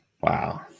Wow